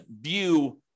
view